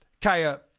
kaya